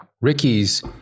Ricky's